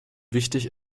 wichtig